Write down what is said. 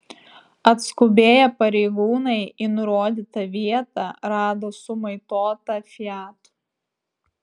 atskubėję pareigūnai į nurodytą vietą rado sumaitotą fiat